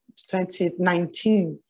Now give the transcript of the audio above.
2019